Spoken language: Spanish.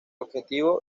objetivo